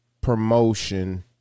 promotion